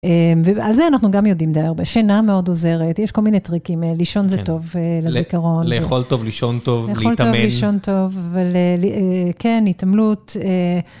ועל זה אנחנו גם יודעים די הרבה, שינה מאוד עוזרת, יש כל מיני טריקים, לישון זה טוב לזיכרון. לאכול טוב, לישון טוב, להתעמל. לאכול טוב, לישון טוב, כן, התעמלות.